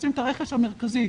כשעושים את הרכש המרכזי,